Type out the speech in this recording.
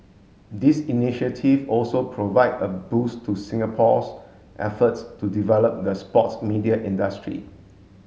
this initiative also provide a boost to Singapore's efforts to develop the sports media industry